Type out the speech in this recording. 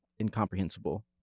incomprehensible